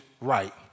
right